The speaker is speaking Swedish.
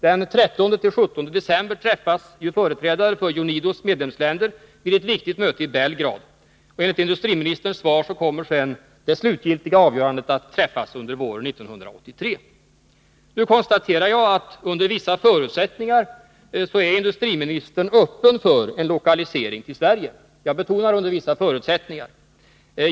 Den 13-17 december skall företrädare för UNIDO:s medlemsländer ha ett viktigt möte i Belgrad, och enligt industriministerns svar kommer sedan det slutgiltiga avgörandet att träffas under våren 1983. Nu konstaterar jag att under vissa förutsättningar är industriministern öppen för en lokalisering till Sverige. Jag betonar att det gäller under vissa förutsättningar.